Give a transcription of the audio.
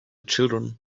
children